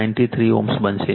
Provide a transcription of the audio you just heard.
93 Ω બનશે